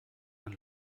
man